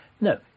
no